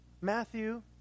Matthew